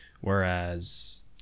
whereas